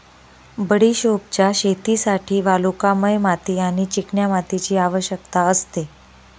बडिशोपच्या शेतीसाठी वालुकामय माती आणि चिकन्या मातीची आवश्यकता असते